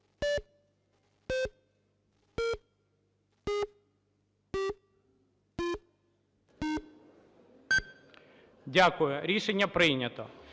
Дякую. Рішення прийнято.